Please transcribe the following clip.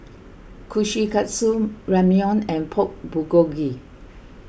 Kushikatsu Ramyeon and Pork Bulgogi